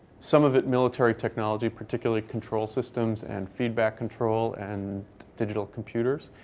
some of it military technology, particularly control systems and feedback control and digital computers.